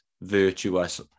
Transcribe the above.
virtuous